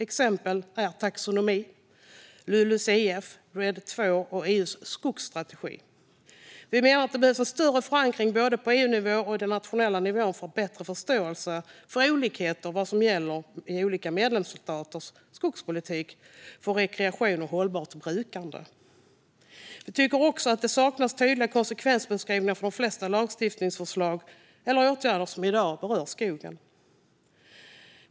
Exempel på det är taxonomi, LULUCF, RED II, och EU:s skogsstrategi. Vi menar att det behövs en större förankring på både EU-nivån och den nationella nivån för bättre förståelse för olikheter vad gäller olika medlemsstaters skogspolitik för rekreation och hållbart brukande. Vi tycker också att det saknas tydliga konsekvensbeskrivningar för de flesta lagstiftningsförslag eller åtgärder som i dag berör skogen.